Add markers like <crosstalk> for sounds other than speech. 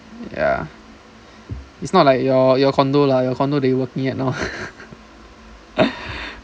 ya it's not like your your condo lah your condo they working at now <laughs>